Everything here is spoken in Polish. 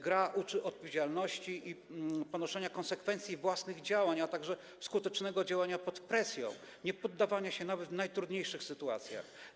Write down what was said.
Gra uczy odpowiedzialności i ponoszenia konsekwencji własnych działań, a także skutecznego działania pod presją, niepoddawania się nawet w najtrudniejszych sytuacjach.